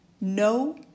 No